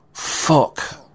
Fuck